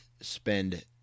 spend